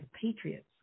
patriots